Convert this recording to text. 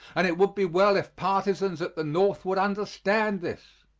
and it would be well if partisans at the north would understand this.